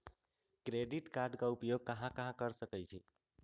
Credit card के उपयोग कहां कहां कर सकईछी?